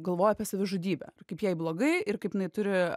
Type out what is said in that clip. galvoja apie savižudybę kaip jai blogai ir kaip jinai turi